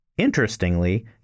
Interestingly